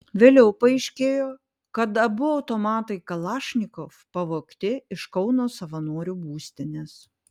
vėliau paaiškėjo kad abu automatai kalašnikov pavogti iš kauno savanorių būstinės